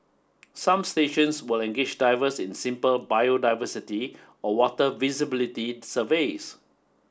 some stations will engage divers in simple biodiversity or water visibility surveys